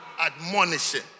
Admonishing